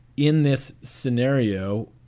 in this scenario,